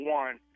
one